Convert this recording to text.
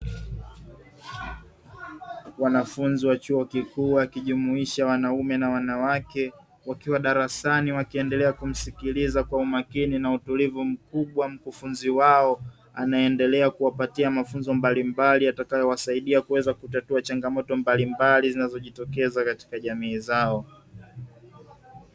Wanafunzi wa chuo kikuu wakijumuisha wanaume na wanawake wakiwa darasani wakiendelea kumsikiliza kwa umakini na utulivu mkubwa mkufunzi wao anayeendelea kuwapatia mafunzo mbalimbali yatakayowasaidia kuweza kutatua changamoto mbalimbali zinazojitokeza katika jamii zao.